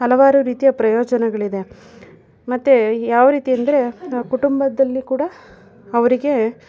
ಹಲವಾರು ರೀತಿಯ ಪ್ರಯೋಜನಗಳಿದೆ ಮತ್ತು ಯಾವ ರೀತಿ ಅಂದರೆ ಕುಟುಂಬದಲ್ಲಿ ಕೂಡ ಅವರಿಗೆ